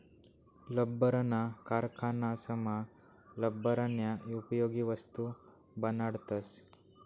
लब्बरना कारखानासमा लब्बरन्या उपयोगी वस्तू बनाडतस